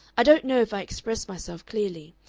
i don't know if i express myself clearly.